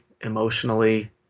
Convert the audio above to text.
emotionally